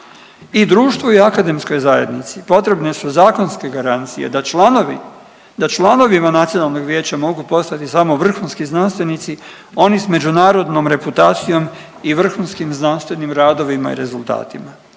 I društvu i akademskoj zajednici potrebne su zakonske garancije da članovi, da članovima nacionalnog vijeća mogu postati samo vrhunski znanstvenici, oni s međunarodnom reputacijom i vrhunskim znanstvenim radovima i rezultatima